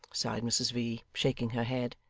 sighed mrs v, shaking her head.